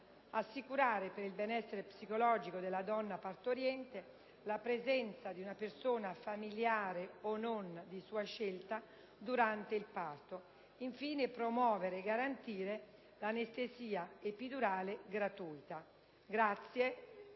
assicurare, per il benessere psicologico della donna partoriente, la presenza di una persona, familiare o non, di sua scelta durante il parto; infine, promuovere e garantire l'anestesia epidurale gratuita. Vi